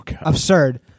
absurd